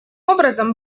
образом